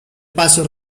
paso